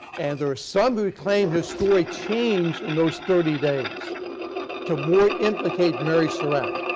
and there are some who claim his story changed in those thirty days to more implicate mary surratt.